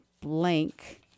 blank